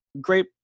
great